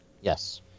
Yes